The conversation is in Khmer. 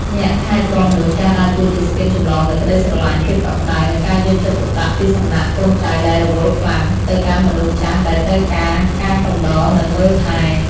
អ្នកថែទាំមនុស្សចាស់ដើរតួជាស្ពានចម្លងនូវក្ដីស្រឡាញ់ ភាពកក់ក្ដៅ និងការយកចិត្តទុកដាក់ពីសំណាក់កូនចៅដែលរវល់ខ្លាំង ទៅកាន់មនុស្សចាស់ដែលត្រូវការការកំដរ និងមើលថែ។